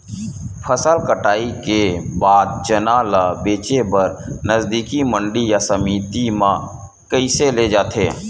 फसल कटाई के बाद चना ला बेचे बर नजदीकी मंडी या समिति मा कइसे ले जाथे?